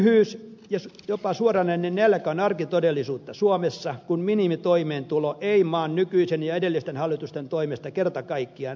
köyhyys ja jopa suoranainen nälkä on arkitodellisuutta suomessa kun minimitoimeentulo ei maan nykyisen ja edellisten hallitusten toimesta kerta kaikkiaan riitä